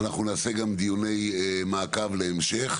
אנחנו גם נעשה דיוני מעקב בדיקה להמשך.